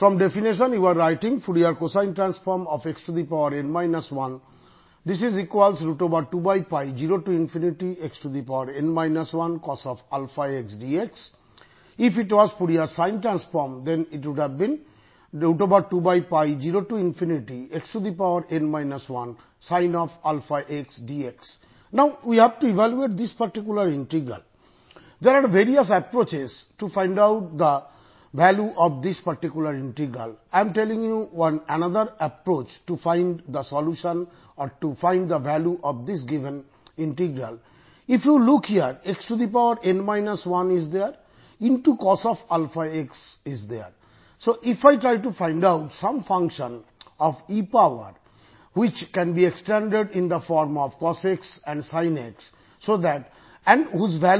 Fourier cosine டிரான்ஸ்ஃபார்மின் வரையறையில் இருந்து நமக்கு கிடைக்கப் பெறுவது Fcxn 120xn 1cos αx dx இப்பொழுது இந்த குறிப்பிட்ட இன்டெக்ரலின் மதிப்பை கண்டுபிடிக்கலாம்